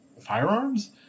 firearms